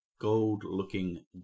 gold-looking